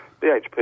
BHP